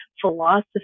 philosophy